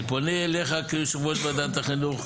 אני פונה אליך כיושב ראש ועדת החינוך,